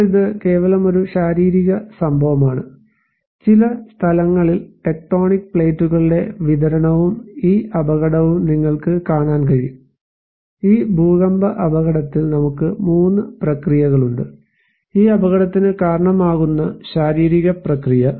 ഇപ്പോൾ ഇത് കേവലം ഒരു ശാരീരിക സംഭവമാണ് ചില സ്ഥലങ്ങളിൽ ടെക്റ്റോണിക് പ്ലേറ്റുകളുടെ വിതരണവും ഈ അപകടവും നിങ്ങൾക്ക് കാണാൻ കഴിയും ഈ ഭൂകമ്പ അപകടത്തിൽ നമുക്ക് 3 പ്രക്രിയകളുണ്ട് ഈ അപകടത്തിന് കാരണമാകുന്ന ശാരീരിക പ്രക്രിയ